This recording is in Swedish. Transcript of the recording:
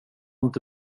inte